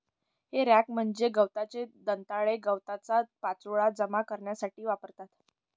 हे रॅक म्हणजे गवताचे दंताळे गवताचा पाचोळा जमा करण्यासाठी वापरतात